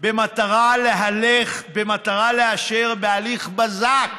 במטרה לאשר בהליך בזק